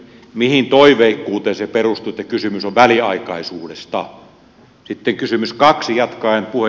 mihin toiveikkuuteen se perustuu että kysymys on väliaikaisuudesta